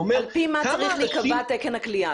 על-פי מה צריך להיקבע תקן הכליאה,